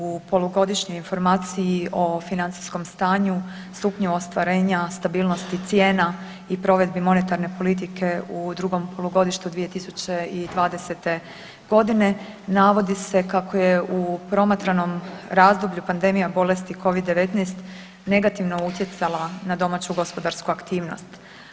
U polugodišnjoj informaciji o financijskom stanju, stupnju ostvarenja, stabilnosti cijena i provedbi monetarne politike u drugom polugodištu 2020. godine navodi se kako je u promatranom razdoblju pandemija bolesti covid-19 negativno utjecala na domaću gospodarsku aktivnost.